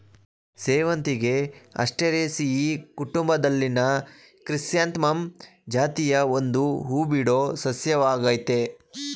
ಸೇವಂತಿಗೆ ಆಸ್ಟರೇಸಿಯಿ ಕುಟುಂಬದಲ್ಲಿನ ಕ್ರಿಸ್ಯಾಂಥಮಮ್ ಜಾತಿಯ ಒಂದು ಹೂಬಿಡೋ ಸಸ್ಯವಾಗಯ್ತೆ